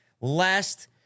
last